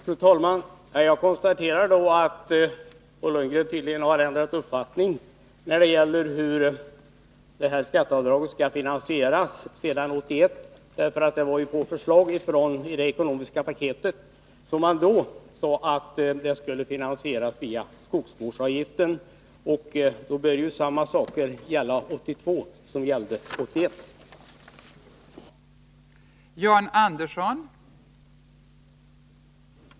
Fru talman! Jag konstaterar att Bo Lundgren tydligen har ändrat uppfattning sedan 1981 när det gäller hur detta skatteavdrag skall finansieras. Det var i det ekonomiska paketet som man föreslog att avdraget skulle finansieras via skogsvårdsavgiften, och det som gällde 1981 bör gälla också 1982.